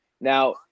Now